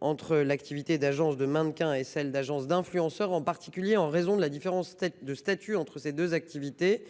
entre l'activité d'agence de mannequins et celle d'agence d'influenceurs, en particulier en raison de la différence de statut entre ces deux activités